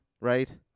right